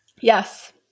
Yes